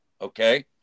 okay